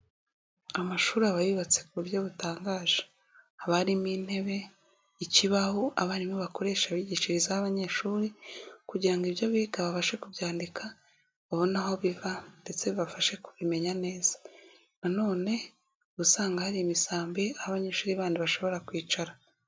Amashuri aba yubatse ku buryo butangaje, haba harimo intebe, ikibaho abarimu bakoresha bigishirizaho abanyeshuri kugira ngo ibyo biga babashe kubyandika babone aho biva ndetse babafashe kubimenya neza, nanone usanga hari imisambi abanyeshuri bandi bashobora kwicaraho.